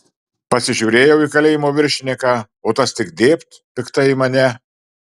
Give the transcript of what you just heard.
pasižiūrėjau į kalėjimo viršininką o tas tik dėbt piktai į mane